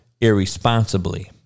irresponsibly